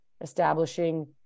establishing